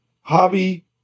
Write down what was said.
hobby